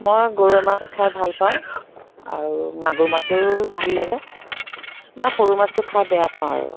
মই গৰৈ মাছ খাই ভাল পাওঁ আৰু মাগুৰ মাছো ভাল লাগে মানে সৰু মাছটো খাই বেয়া পাওঁ আৰু